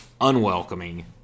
unwelcoming